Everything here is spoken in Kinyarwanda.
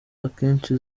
akenshi